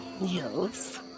Yes